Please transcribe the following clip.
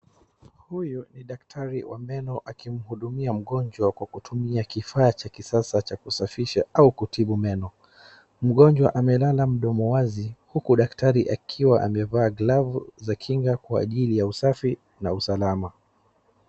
Huyu ni daktari wa meno akimhudumia mgonjwa kwa kutumia kifaa cha kisasa cha kusafisha au kutibu meno. Mgonjwa amelala mdomo wazi huku daktari akiwa amevaa glavu za kinga kwa usafi na usalama.